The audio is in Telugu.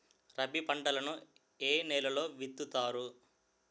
రబీ పంటలను ఏ నెలలో విత్తుతారు?